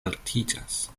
altiĝas